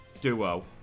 duo